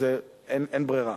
אין ברירה.